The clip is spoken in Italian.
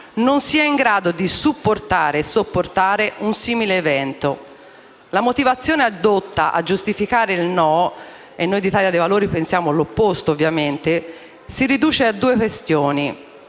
sia in grado di supportare e sopportare un simile evento. La motivazione addotta a giustificare il «no» - e noi di Italia dei Valori pensiamo l'opposto, ovviamente - si riduce a due questioni.